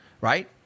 right